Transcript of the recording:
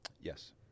Yes